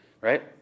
right